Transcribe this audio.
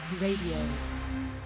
Radio